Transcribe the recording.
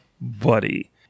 buddy